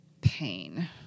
pain